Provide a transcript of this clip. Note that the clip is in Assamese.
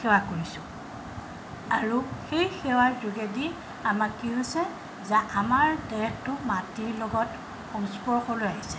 সেৱা কৰিছোঁ আৰু সেই সেৱাৰ যোগেদি আমাৰ কি হৈছে যে আমাৰ দেহটো মাটিৰ লগত সংস্পৰ্শলৈ আহিছে